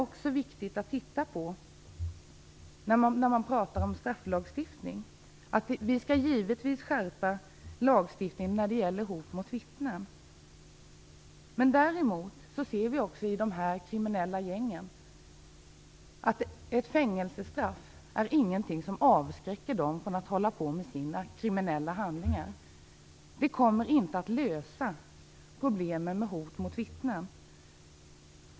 När vi talar om strafflagstiftningen är det viktigt att säga att vi givetvis skall skärpa lagstiftningen när det gäller hot mot vittnen. Däremot ser vi att fängelsestraff inte är något som avskräcker de här gängen från att begå kriminella handlingar. Vi kommer inte att lösa problemen med hot mot vittnen genom en lagskärpning.